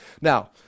Now